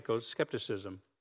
skepticism